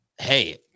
hey –